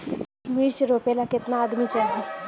मिर्च रोपेला केतना आदमी चाही?